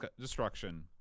destruction